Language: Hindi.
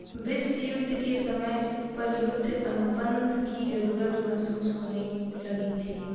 विश्व युद्ध के समय पर युद्ध अनुबंध की जरूरत महसूस होने लगी थी